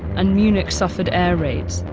and munich suffered air raids.